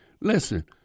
Listen